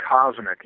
cosmic